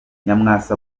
nyamwasa